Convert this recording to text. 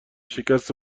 شکست